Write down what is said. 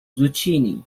zucchini